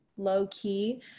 low-key